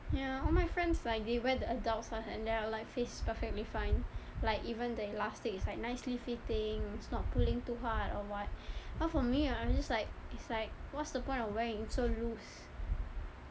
ya all my friends like they wear the adult size and they're all like fit's perfectly fine like even the elastic it's like nicely fitting it's not pulling too hard or what but for me I'm just like it's like what's the point of wearing it's so loose